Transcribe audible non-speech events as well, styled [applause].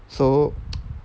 so [noise]